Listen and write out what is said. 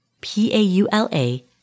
P-A-U-L-A